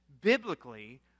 biblically